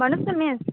भन्नुहोस् न मिस